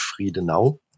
Friedenau